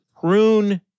prune